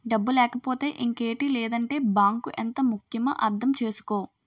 డబ్బు లేకపోతే ఇంకేటి లేదంటే బాంకు ఎంత ముక్యమో అర్థం చేసుకో